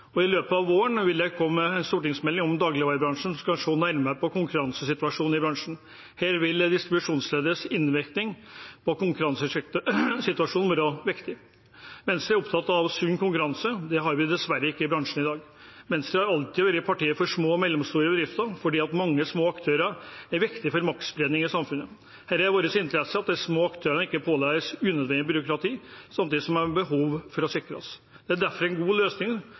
I løpet av våren vil det komme en stortingsmelding om dagligvarebransjen som skal se nærmere på konkurransesituasjonen i bransjen. Her vil distribusjonsleddets innvirkning på konkurransesituasjonen være viktig. Venstre er opptatt av sunn konkurranse. Det har vi dessverre ikke i bransjen i dag. Venstre har alltid vært partiet for små og mellomstore bedrifter fordi mange små aktører er viktig for maktspredning i samfunnet. Det er i vår interesse at de små aktørene ikke pålegges unødvendig byråkrati samtidig som de har behov for å sikres. Det er derfor en god løsning